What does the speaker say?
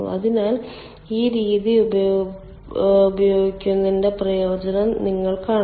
അതിനാൽ ഈ രീതി ഉപയോഗിക്കുന്നതിന്റെ പ്രയോജനം നിങ്ങൾ കാണുന്നു